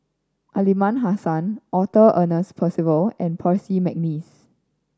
Aliman Hassan Arthur Ernest Percival and Percy McNeice